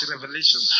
revelation